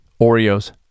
Oreos